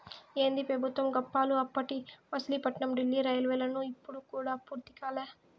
ఏందీ పెబుత్వం గప్పాలు, అప్పటి మసిలీపట్నం డీల్లీ రైల్వేలైను ఇప్పుడు కూడా పూర్తి కాలా